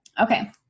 Okay